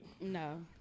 No